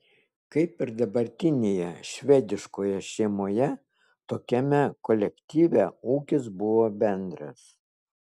kaip ir dabartinėje švediškoje šeimoje tokiame kolektyve ūkis buvo bendras